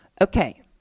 Okay